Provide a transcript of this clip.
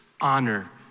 honor